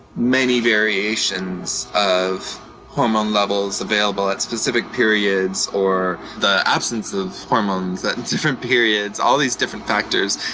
many variations of hormone levels available at specific periods, or the absence of hormones at and different periods, all these different factors,